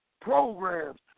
programs